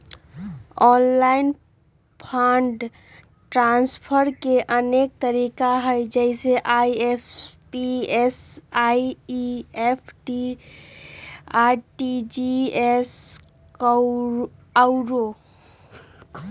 online fund transfer के अनेक तरिका हइ जइसे आइ.एम.पी.एस, एन.ई.एफ.टी, आर.टी.जी.एस आउरो